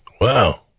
Wow